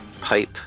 pipe